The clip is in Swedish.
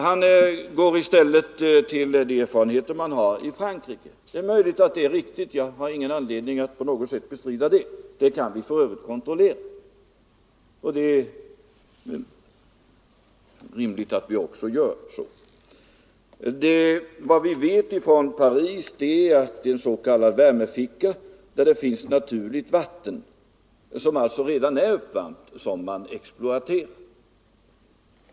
Han går i stället till de erfarenheter man har i Frankrike. Det är möjligt att de uppgifter herr Sjönell lämnat är riktiga. Jag har ingen anledning att på något sätt bestrida dem. De går för övrigt att kontrollera, och det är rimligt att vi också gör så. Vi vet att man i Parisområdet exploaterar en s.k. värmeficka, där det finns naturligt vatten som alltså redan är uppvärmt.